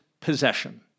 possession